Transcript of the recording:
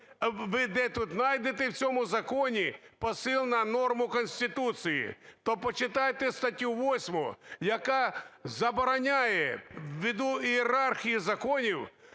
Ви де тут найдете в цьому законі посил на норму Конституції? То почитайте статтю 8, яка забороняє ввиду ієрархії законів